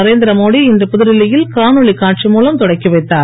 நரேந்திர மோடி இன்று புதுடில்லி யில் காணொலி காட்சி மூலம் தொடக்கி வைத்தார்